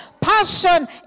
Passion